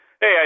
Hey